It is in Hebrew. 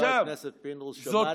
חבר הכנסת פינדרוס, שמעתי את זה בכנסת.